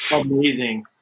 amazing